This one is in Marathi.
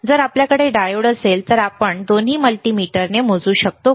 जर आपल्याकडे डायोड असेल तर आपण दोन्ही मल्टीमीटरने मोजू शकतो का